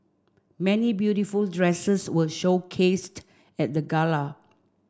many beautiful dresses were showcased at the gala